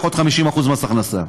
עוד 50% מס הכנסה.